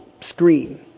screen